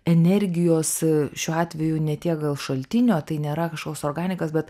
energijos šiuo atveju ne tiek gal šaltinio tai nėra kažkoks organikas bet